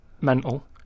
mental